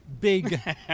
big